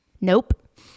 nope